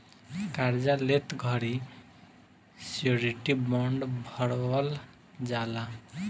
कार्जा लेत घड़ी श्योरिटी बॉण्ड भरवल जाला